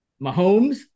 Mahomes